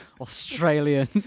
Australian